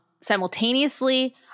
simultaneously